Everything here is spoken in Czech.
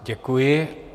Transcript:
Děkuji.